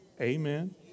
Amen